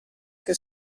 che